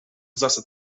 zasad